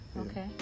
Okay